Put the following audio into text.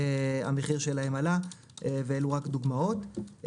המחיר שלהם עלה ואלה רק דוגמאות.